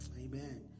Amen